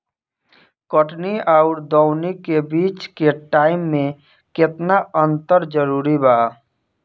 कटनी आउर दऊनी के बीच के टाइम मे केतना अंतर जरूरी बा?